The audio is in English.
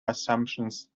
assumptions